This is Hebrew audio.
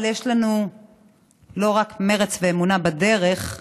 אבל יש לנו לא רק מרץ ואמונה בדרך,